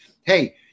hey